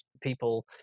people